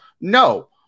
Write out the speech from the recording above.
no